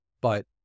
but-